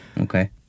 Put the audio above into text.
Okay